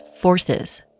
forces